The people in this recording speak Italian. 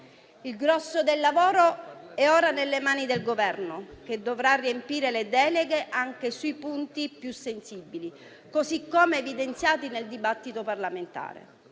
Il grosso del lavoro è ora nelle mani del Governo, che dovrà riempire le deleghe anche sui punti più sensibili, così come evidenziati nel dibattito parlamentare.